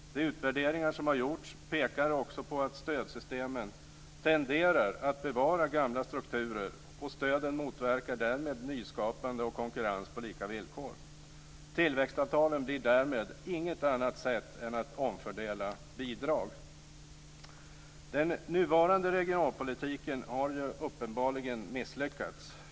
De utvärderingar som har gjorts pekar också på att stödsystemen tenderar att bevara gamla strukturer, och stöden motverkar därmed nyskapande och konkurrens på lika villkor. Tillväxtavtalen blir därmed inget annat än ett sätt att omfördela bidrag. Den nuvarande regionalpolitiken har uppenbarligen misslyckats.